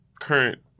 current